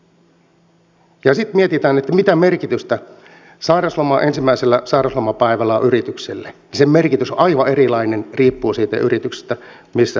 kun sitten mietitään mitä merkitystä sairausloman ensimmäisellä sairauslomapäivällä on yritykselle niin sen merkitys on aivan erilainen riippuen siitä yrityksestä missä työskennellään